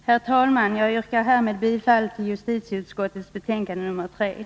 Herr talman! Jag yrkar härmed bifall till utskottets hemställan.